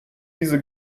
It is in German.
diese